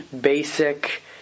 basic